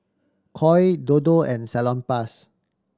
Koi Dodo and Salonpas